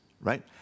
Right